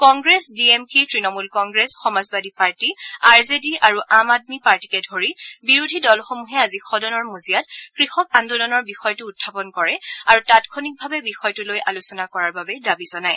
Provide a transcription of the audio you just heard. Congress D M K Trinamool Congress Samajwadi party R J D আৰু আম আদমি পাৰ্টীকে ধৰি বিৰোধী দলসমূহে আজি সদনৰ মজিয়াত কৃষক আন্দোলনৰ বিষয়টো উখাপন কৰে আৰু তাৎক্ষণিকভাৱে বিষয়টো লৈ আলোচনা কৰাৰ বাবে দাবী জনায়